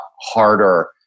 harder